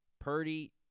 Purdy